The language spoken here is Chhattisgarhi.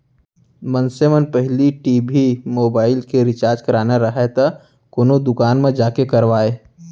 मनसे मन पहिली टी.भी, मोबाइल के रिचार्ज कराना राहय त कोनो दुकान म जाके करवाय